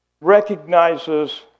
recognizes